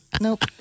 Nope